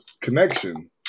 connection